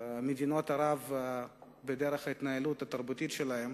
למדינות ערב בדרך ההתנהלות התרבותית שלה.